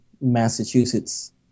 Massachusetts